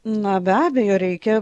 na be abejo reikia